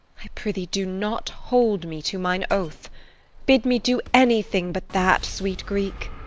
i prithee, do not hold me to mine oath bid me do anything but that, sweet greek.